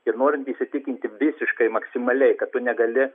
ir norint įsitikinti visiškai maksimaliai kad tu negali